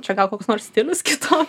čia gal koks nors stilius kitoks